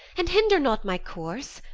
and hinder not my course.